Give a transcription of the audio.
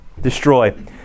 destroy